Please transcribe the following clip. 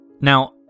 Now